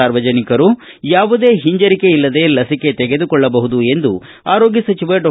ಸಾರ್ವಜನಿಕರು ಯಾವುದೇ ಹಿಂಜರಿಕೆ ಇಲ್ಲದೆ ಲಸಿಕೆ ತೆಗೆದುಕೊಳ್ಳಬಹುದು ಎಂದು ಆರೋಗ್ಗ ಸಚಿವ ಡಾ